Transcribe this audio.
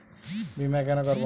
বিমা কেন করব?